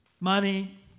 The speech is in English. Money